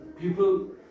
People